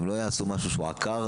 הם לא יעשו משהו עקר.